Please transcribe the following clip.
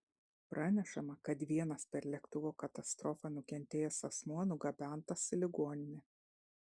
pranešama kad vienas per lėktuvo katastrofą nukentėjęs asmuo nugabentas į ligoninę